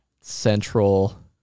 Central